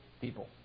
people